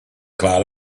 cloud